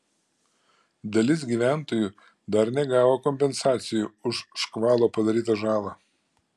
dalis gyventojų dar negavo kompensacijų už škvalo padarytą žalą